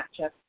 matchup